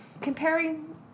comparing